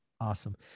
Awesome